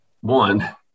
one